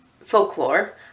folklore